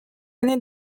années